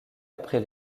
après